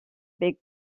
big